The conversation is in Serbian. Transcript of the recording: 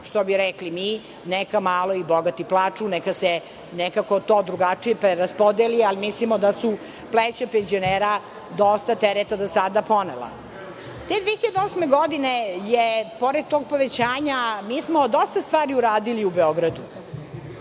što bi rekli mi, neka malo i bogati plaču, neka se to drugačije preraspodeli, ali mislimo da su pleća penzionera dosta tereta do sada ponela. Te, 2008. godine je pored tog povećanja, mi smo dosta stvari uradili u Beogradu. Molila